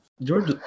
George